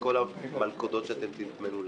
לכל המלכודות שתטמנו לנו.